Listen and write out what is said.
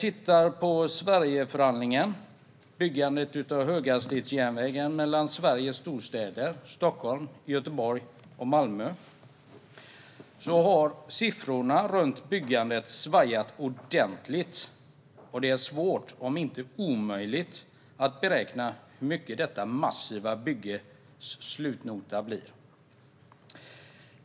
I Sverigeförhandlingen om byggandet av en höghastighetsjärnväg mellan Sveriges storstäder Stockholm, Göteborg och Malmö har siffrorna runt byggandet svajat ordentligt, och det är svårt, för att inte säga omöjligt, att beräkna vad detta massiva bygges slutnota blir.